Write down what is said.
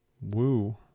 Woo